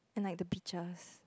and like the beaches